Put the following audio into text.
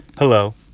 hello.